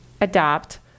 adopt